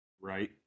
Right